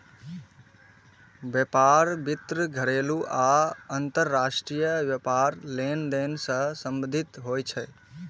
व्यापार वित्त घरेलू आ अंतरराष्ट्रीय व्यापार लेनदेन सं संबंधित होइ छै